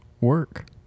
work